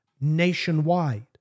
nationwide